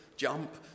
Jump